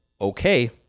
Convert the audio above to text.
okay